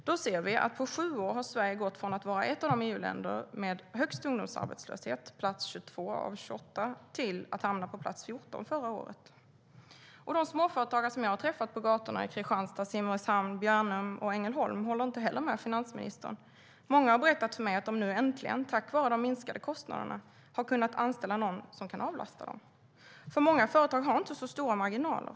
Då ser vi att Sverige på sju år gått från att vara ett av EU-länderna med högst ungdomsarbetslöshet, på plats 22 av 28, till att förra året hamna på plats 14.De småföretagare som jag träffat på gatorna i Kristianstad, Simrishamn, Bjärnum och Ängelholm håller inte heller med finansministern. Många har berättat för mig att de nu äntligen, tack vare de minskade kostnaderna, har kunnat anställa någon som kan avlasta dem. Många företag har inte så stora marginaler.